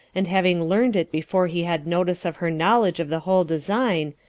and having learned it before he had notice of her knowledge of the whole design,